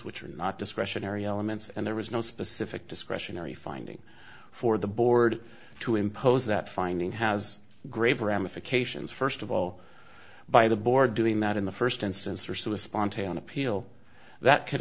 which are not discretionary elements and there was no specific discretionary finding for the board to impose that finding has grave ramifications first of all by the board doing that in the first instance or so respond to an appeal that could